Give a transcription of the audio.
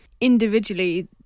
Individually